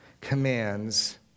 commands